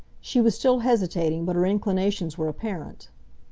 she was still hesitating, but her inclinations were apparent.